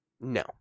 No